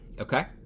Okay